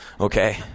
Okay